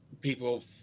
people